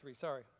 sorry